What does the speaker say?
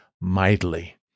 mightily